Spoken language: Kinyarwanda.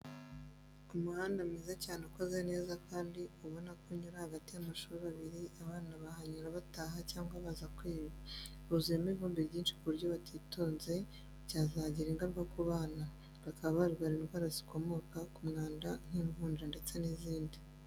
Umuhanda mwiza cyane ukoze neza kandi ubona ko unyura hagati y'amashuri abiri, abana bahanyura bataha cyangwa baza kwiga. Huzuyemo ivumbi ryinshi ku buryo batitonze byazagira ingaruka ku bana, bakaba barwara indwara zikomoka ku mwanda nk'imvunja ndetse n'izindi.